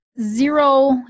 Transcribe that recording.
zero